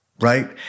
right